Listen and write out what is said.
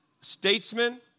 statesman